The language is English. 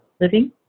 living